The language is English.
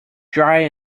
dry